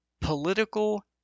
political